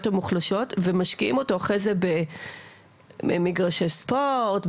המוחלשות ומשקיעים אותו אחרי זה במגרשי ספורט,